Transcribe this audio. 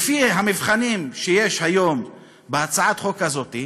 לפי המבחנים שיש היום בהצעת החוק הזאת,